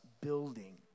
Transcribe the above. building